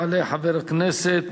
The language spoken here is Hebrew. יעלה חבר הכנסת